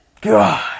God